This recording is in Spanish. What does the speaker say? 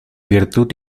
virtud